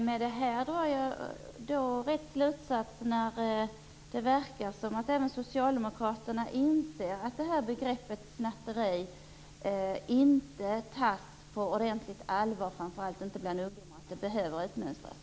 Fru talman! Jag drar den slutsatsen att det verkar som om även socialdemokraterna inser att begreppet snatteri inte tas på verkligt allvar, framför allt bland ungdomar, och att det behöver utmönstras.